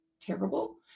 terrible